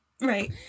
Right